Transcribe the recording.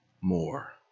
more